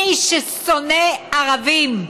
מי ששונא ערבים,